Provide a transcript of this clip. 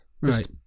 right